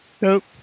Nope